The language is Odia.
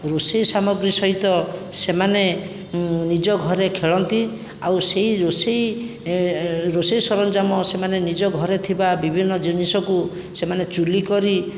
ରୋଷେଇ ସାମଗ୍ରୀ ସହିତ ସେମାନେ ନିଜ ଘରେ ଖେଳନ୍ତି ଆଉ ସେଇ ରୋଷେଇ ରୋଷେଇ ସରଞ୍ଜାମ ସେମାନେ ନିଜ ଘରେ ଥିବା ବିଭିନ୍ନ ଜିନିଷକୁ ସେମାନେ ଚୁଲି କରି